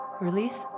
release